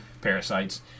Parasites